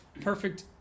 perfect